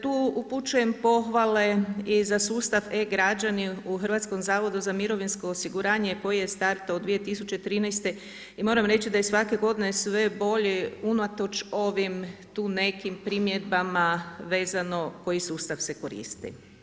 Tu upućujem pohvale i za sustav e-građani u Hrvatskom zavodu za mirovinsko osiguranje koji je startao od 2013. i moram reći da je svake godine sve bolje unatoč ovim tu nekim primjedbama vezano koji sustav se koristi.